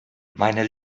meine